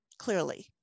clearly